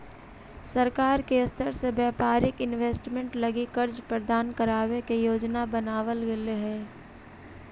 सरकार के स्तर से व्यापारिक इन्वेस्टमेंट लगी कर्ज प्रदान करावे के योजना बनावल गेले हई